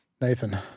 Nathan